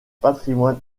patrimoine